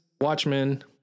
Watchmen